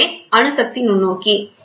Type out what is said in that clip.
இதுவே அணு சக்தி நுண்ணோக்கி